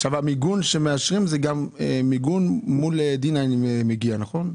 עכשיו המיגון שמאשרים זה מיגון מול דינאינים מגיע נכון?